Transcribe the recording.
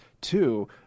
Two